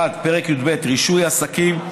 1. פרק י"ב (רישוי עסקים),